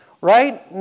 Right